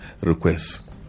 requests